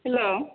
hello